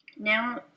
Now